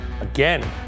again